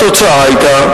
התוצאה היתה,